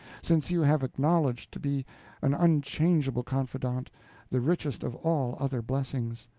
since you have acknowledged to be an unchangeable confidant the richest of all other blessings.